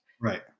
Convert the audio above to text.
Right